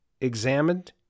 examined